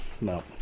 No